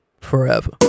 forever